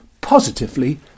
positively